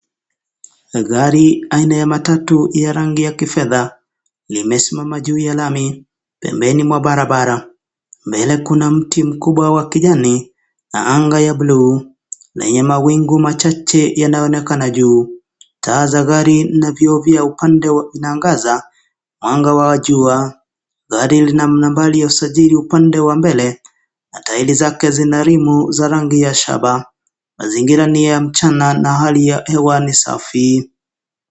Gari aina ya matatu ya rangi ya kifedha limesimama juu ya lami pembeni mwa barabara. Mbele kuna mti mkubwa wa kijani na anga ya buluu yenye mawingu machache yanayoonekana juu. Taa za gari na vioo vya upande vinaangaza anga wa jua. Gari lina nambari ya usajili upande wa mbele na tairi zake zina rimu za rangi ya shaba. Mazingira ni ya mchana na hali ya hewa ni safi.